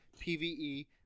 PVE